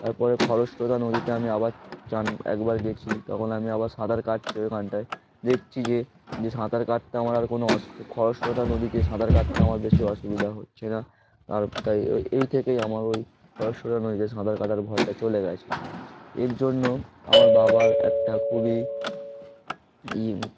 তার পরে খরস্রোতা নদীতে আমি আবার স্নান একবার গিয়েছি তখন আমি আবার সাঁতার কাটছি ওখানটায় দেখছি যে যে সাঁতার কাটতে আমার আর কোনো অস খরস্রোতা নদীতে সাঁতার কাটতে আমার বেশি অসুবিধা হচ্ছে না আর তাই ওই এই থেকেই আমার ওই খরস্রোতা নদীতে সাঁতার কাটার ভয়টা চলে গিয়েছে এর জন্য আমার বাবার একটা খুবই ই